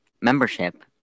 membership